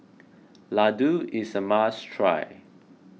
Ladoo is a must try